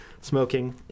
smoking